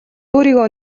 өөрийгөө